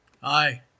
Hi